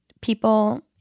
People